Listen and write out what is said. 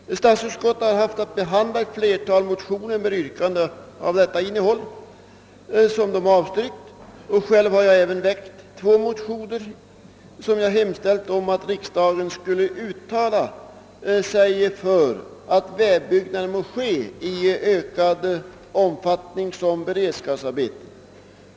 Statsutskottet har haft att behandla ett flertal motioner med yrkande av detta innehåll, vilka alla avstyrkts. Själv har jag väckt två motioner, i vilka jag hemställt att riksdagen skulle uttala sig för att vägbyggnader må ske i ökad omfattning som beredskapsarbeten.